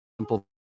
simple